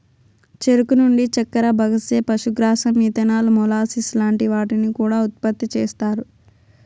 చెరుకు నుండి చక్కర, బగస్సే, పశుగ్రాసం, ఇథనాల్, మొలాసిస్ లాంటి వాటిని కూడా ఉత్పతి చేస్తారు